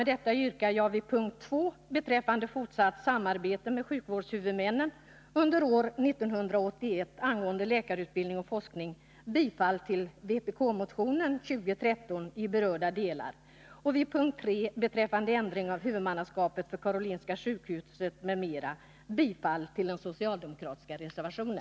Med detta yrkar jag vid punkt 2 beträffande fortsatt samarbete